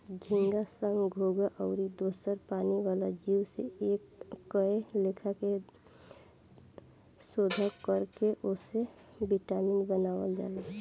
झींगा, संख, घोघा आउर दोसर पानी वाला जीव से कए लेखा के शोध कर के ओसे विटामिन बनावल जाला